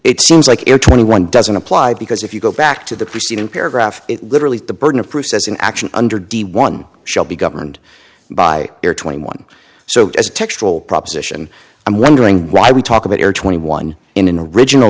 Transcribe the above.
it seems like you're twenty one doesn't apply because if you go back to the preceding paragraph it literally the burden of proof says an action under d one shall be governed by twenty one so as textural proposition i'm wondering why we talk about twenty one in an original